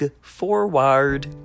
forward